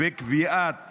ובקביעת